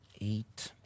eight